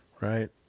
right